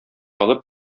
алып